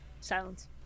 Silence